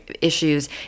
issues